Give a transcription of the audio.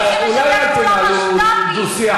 הממשלה חייבת לעשות,